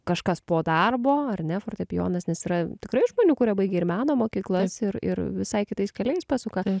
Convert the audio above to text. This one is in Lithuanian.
kažkas po darbo ar ne fortepijonas nes yra tikrai žmonių kurie baigė ir meno mokyklas ir ir visai kitais keliais pasuka